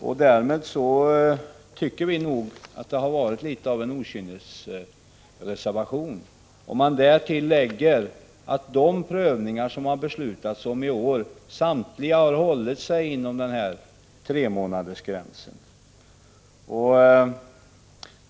Vi tycker därför att detta är något av en okynnesreservation, om man därtill lägger att de prövningar som gjorts i år samtliga har hållit sig inom tremånadersgränsen.